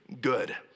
good